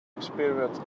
experience